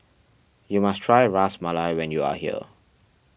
you must try Ras Malai when you are here